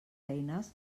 eines